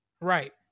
right